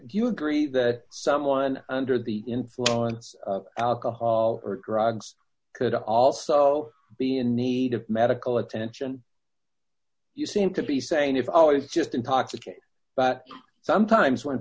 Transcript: would you agree that someone under the influence of alcohol or drugs could also be in need of medical attention you seem to be saying if always just intoxicated but sometimes when